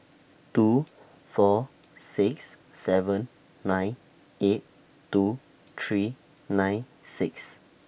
two four six seven nine eight two three nine six